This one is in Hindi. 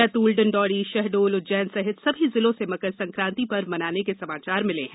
बैतूल डिंडौरी शहडोल उज्जैन सहित सभी जिलों से मकर संक्रांति पर्व मनाने के समाचार मिले हैं